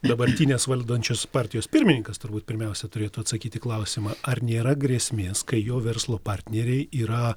dabartinės valdančios partijos pirmininkas turbūt pirmiausia turėtų atsakyt į klausimą ar nėra grėsmės kai jo verslo partneriai yra